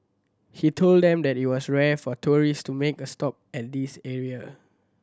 he told them that it was rare for tourist to make a stop at this area